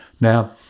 Now